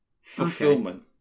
Fulfillment